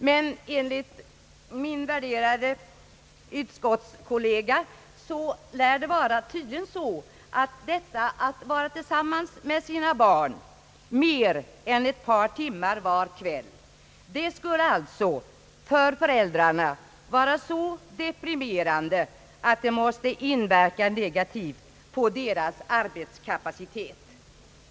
Men enligt min värderade utskottskollega tycks detta att vara tillsammans med sina barn mer än ett par timmar var kväll för föräldrarna vara så deprimerande, att det skulle inverka negativt på deras arbetskapacitet.